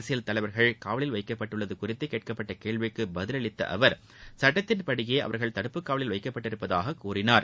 அரசியல் தலைவா்கள் காவலில் வைக்கப்பட்டுள்ளது குறித்து கேட்கப்பட்ட கேள்விக்கு பதிலளித்த அவா் சுட்டத்தின்படியே அவர்கள் தடுப்புக் காவலில் வைக்கப்பட்டுள்ளதாக கூறினார்